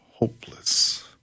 Hopeless